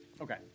okay